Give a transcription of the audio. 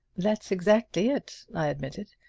that's exactly it, i admitted.